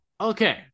okay